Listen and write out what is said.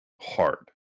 hard